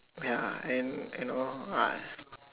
ya and and all uh